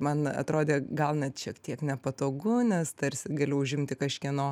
man atrodė gal net šiek tiek nepatogu nes tarsi galiu užimti kažkieno